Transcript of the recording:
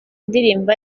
ndirimbo